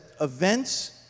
events